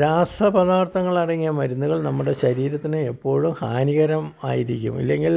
രാസപദാർത്ഥങ്ങളടങ്ങിയ മരുന്നുകൾ നമ്മുടെ ശരീരത്തിന് എപ്പോഴും ഹാനികരം ആയിരിക്കും ഇല്ലെങ്കിൽ